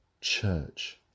church